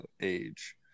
age